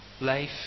Life